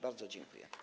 Bardzo dziękuję.